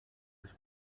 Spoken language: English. was